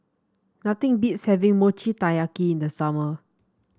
nothing beats having Mochi Taiyaki in the summer